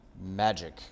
magic